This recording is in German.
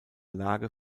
lage